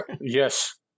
Yes